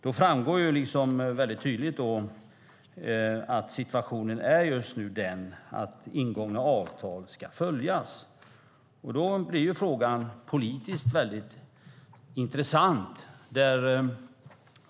Det framgår tydligt att situationen är just nu den att ingångna avtal ska följas. Då blir frågan politiskt väldigt intressant.